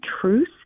truth